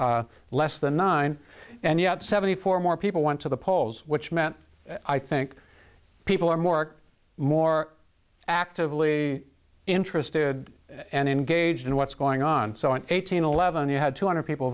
all less than nine and yet seventy four more people went to the polls which meant i think people are more or more actively interested and engaged in what's going on so an eighteen eleven you had two hundred people